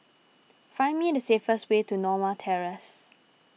find me the see fast way to Norma Terrace